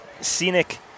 scenic